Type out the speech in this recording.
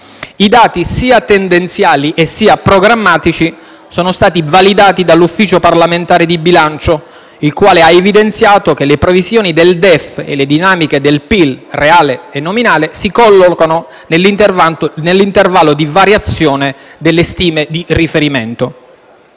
I dati sia tendenziali sia programmatici sono stati validati dall'Ufficio parlamentare di bilancio, il quale ha evidenziato che le previsioni del DEF e le dinamiche del PIL reale e nominale si collocano nell'intervallo di variazione delle stime di riferimento.